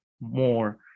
more